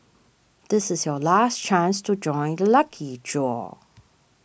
this is your last chance to join the lucky draw